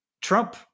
Trump